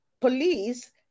police